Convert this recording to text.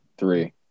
three